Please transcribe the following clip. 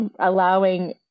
allowing